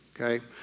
okay